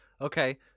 Okay